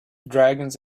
dragons